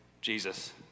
Jesus